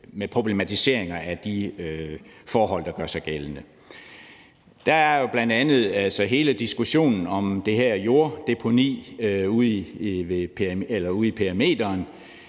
med problematiseringer af de forhold, der gør sig gældende. Der er bl.a. hele diskussionen om det her jorddeponi ude i perimeteren.